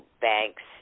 banks